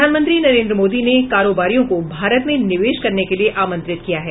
प्रधानमंत्री नरेन्द्र मोदी ने कारोबारियों को भारत में निवेश करने के लिए आमंत्रित किया है